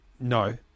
No